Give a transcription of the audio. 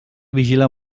vigilar